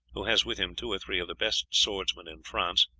who has with him two or three of the best swordsmen in france,